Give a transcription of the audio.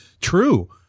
True